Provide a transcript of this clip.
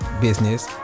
business